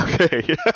Okay